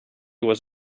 was